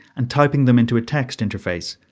and typing them into a text interface,